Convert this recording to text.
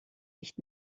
nicht